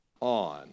On